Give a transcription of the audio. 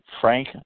Frank